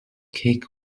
kick